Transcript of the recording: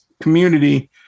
community